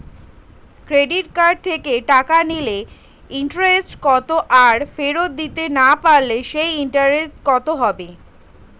Credit card থেকে টাকা নিলে ইন্টারেস্ট কত আর ফেরত দিতে না পারলে সেই ইন্টারেস্ট কি হবে?